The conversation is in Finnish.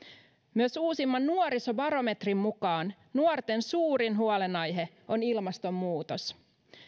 myös uusimman nuorisobarometrin mukaan nuorten suurin huolenaihe on ilmastonmuutos